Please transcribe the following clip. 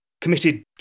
committed